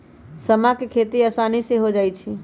समा के खेती असानी से हो जाइ छइ